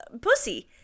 Pussy